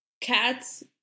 cats